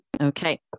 Okay